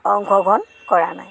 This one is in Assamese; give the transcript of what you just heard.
অংশগ্ৰহণ কৰা নাই